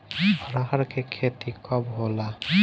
अरहर के खेती कब होला?